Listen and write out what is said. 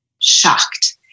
shocked